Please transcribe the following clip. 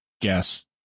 guess